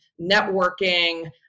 networking